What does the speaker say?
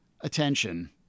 attention